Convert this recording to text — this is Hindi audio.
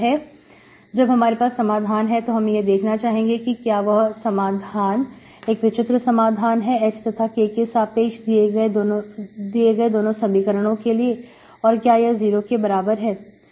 अब जब हमारे पास समाधान है तो हम यह देखना चाहेंगे कि क्या यह समाधान एक विचित्र समाधान है h तथा k के सापेक्ष दिए गए दोनों समीकरणों के लिए और क्या यह 0 के बराबर है